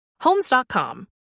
Homes.com